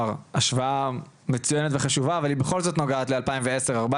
השוואה מצויינת וחשובה אבל היא בכל זאת נוגעת ל-2010-2014.